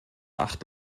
acht